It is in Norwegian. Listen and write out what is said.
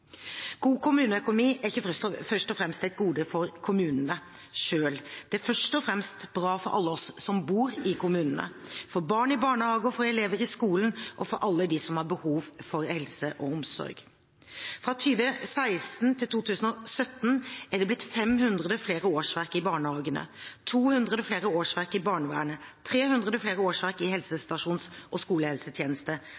God kommuneøkonomi er ikke først og fremst et gode for kommunene selv, det er først og fremst bra for alle oss som bor i kommunene – for barn i barnehager, for elever i skolen og for alle dem som har behov for helse- og omsorgstjenester. Fra 2016 til 2017 er det blitt 500 flere årsverk i barnehagene, 200 flere årsverk i barnevernet, 300 flere årsverk i